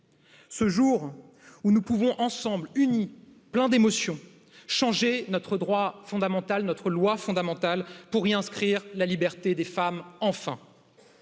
instant. Où nous pouvons ensemble, unis, pleins d'émotions, changer notre droit fondamental, notre loi fondamentale pour yy inscrire la liberté des femmes.